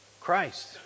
Christ